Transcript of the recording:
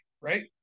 right